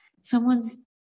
someone's